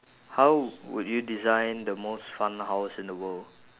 how would you design the most fun house in the world